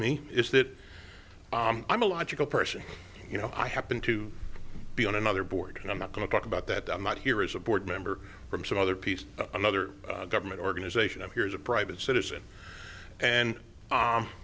me is that i'm a logical person you know i happen to be on another board and i'm not going to talk about that i'm not here is a board member from some other piece another government organization and here is a private citizen and